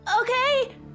okay